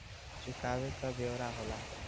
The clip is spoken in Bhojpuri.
चुकावे क ब्योरा होला